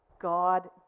God